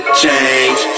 change